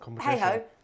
hey-ho